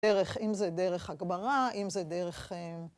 דרך, אם זה דרך הגברה, אם זה דרך...